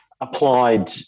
applied